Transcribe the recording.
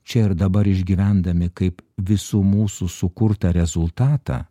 čia ir dabar išgyvendami kaip visų mūsų sukurtą rezultatą